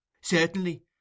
Certainly